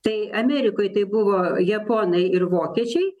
tai amerikoj tai buvo japonai ir vokiečiai